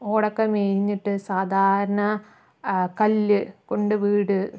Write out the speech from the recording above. ഓടൊക്കെ മേഞ്ഞിട്ട് സാധാരണ കല്ല് കൊണ്ട് വീട്